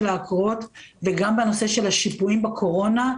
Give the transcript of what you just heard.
האגרות וגם בנושא של השיפויים בקורונה.